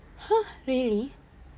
!huh! really